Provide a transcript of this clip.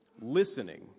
listening